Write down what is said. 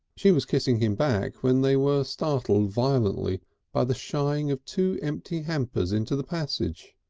she was kissing him back when they were startled violently by the shying of two empty hampers into the passage.